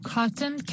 Cotton